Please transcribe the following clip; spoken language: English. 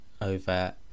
over